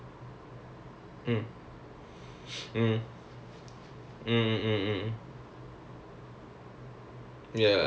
I don't like to read books but like theatre staff being on stage and all that ya so I'm seriously not a science person